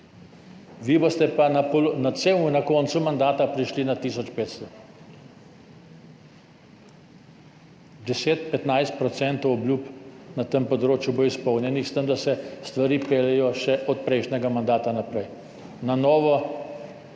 Vi boste pa na celem na koncu mandata prišli na tisoč 500. 10, 15 % obljub na tem področju bo izpolnjenih, s tem da se stvari peljejo še od prejšnjega mandata naprej na novo.